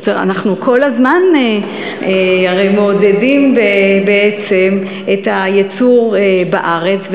אנחנו כל הזמן הרי מעודדים בעצם את הייצור בארץ,